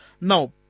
Now